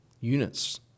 units